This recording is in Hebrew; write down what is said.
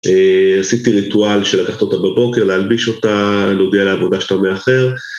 עשיתי ריטואל של לקחת אותה בבוקר, להלביש אותה, להודיע לעבודה שאתה מאחר...